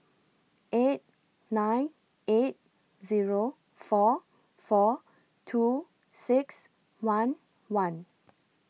eight nine eight four four two six one one